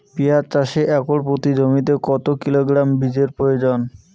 পেঁয়াজ চাষে একর প্রতি জমিতে কত কিলোগ্রাম বীজের প্রয়োজন?